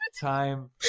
Time